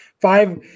Five